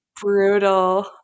brutal